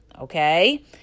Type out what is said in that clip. okay